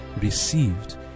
received